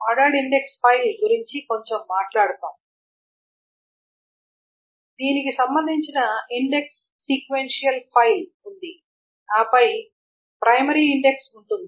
ordered index file గురించి కొంచెం మాట్లాడదాం దీనికి సంబంధించిన ఇండెక్స్ సీక్వెన్షియల్ ఫైల్ ఉంది ఆపై ప్రైమరీ ఇండెక్స్ ఉంటుంది